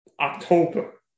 October